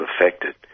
affected